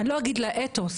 אני לא אגיד לאתוס,